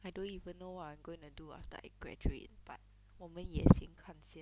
I don't even know what I'm gonna do after I graduate but 我们也先看先